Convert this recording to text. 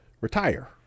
Retire